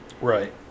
Right